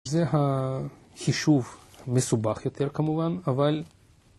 זה החישוב מסובך יותר כמובן, אבל...